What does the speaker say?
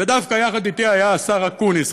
ודווקא יחד אתי היה השר אקוניס,